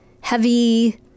heavy